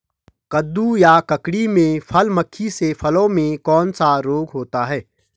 कद्दू या ककड़ी में फल मक्खी से फलों में कौन सा रोग होता है?